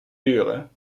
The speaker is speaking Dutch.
duren